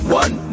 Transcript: one